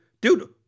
dude